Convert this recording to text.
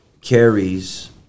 carries